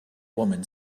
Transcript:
woman